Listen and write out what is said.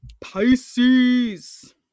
Pisces